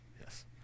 Yes